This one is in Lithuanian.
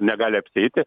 negali apsieiti